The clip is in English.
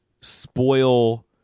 spoil